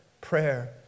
prayer